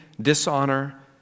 dishonor